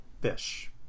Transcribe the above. Fish